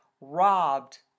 robbed